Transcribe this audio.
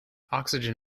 oxygen